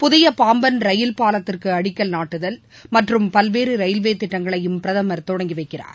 புதிய பாம்பன் ரயில் பாலத்திற்கு அடிக்கல் நாட்டுதல் மற்றும் பல்வேறு ரயில்வே திட்டங்களையும் பிரதமர் தொடங்கிவைக்கிறார்